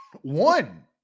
One